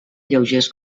lleugers